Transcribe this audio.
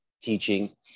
teaching